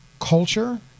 culture